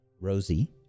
Rosie